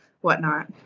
whatnot